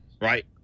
right